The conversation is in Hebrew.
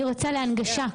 אני רוצה לדבר על הנגשה.